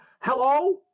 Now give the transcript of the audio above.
Hello